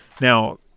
Now